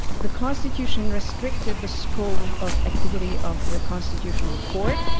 the constitution restricted the scope of activity of the constitutional court.